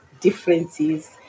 differences